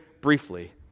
briefly